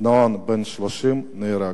אופנוען בן 30 נהרג.